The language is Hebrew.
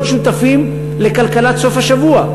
להיות שותפים לכלכלת סוף השבוע.